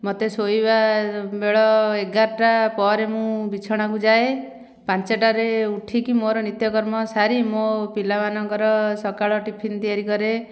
ମୋତେ ଶୋଇବା ବେଳ ଏଗାରଟା ପରେ ମୁଁ ବିଛଣାକୁ ଯାଏ ପାଞ୍ଚେଟାରେ ଉଠିକି ମୋର ନିତ୍ୟକର୍ମ ସାରି ମୋ ପିଲମାନଙ୍କର ସକାଳ ଟିଫିନ୍ ତିଆରି କରେ